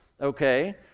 okay